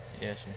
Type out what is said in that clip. yes